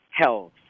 health